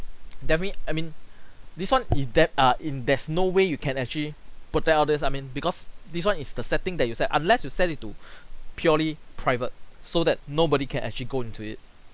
definitely I mean this one is that err in there's no way you can actually put down others I mean because this one is the setting that you set unless you set it to purely private so that nobody can actually go into it